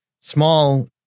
small